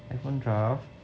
iphone twelve